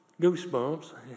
goosebumps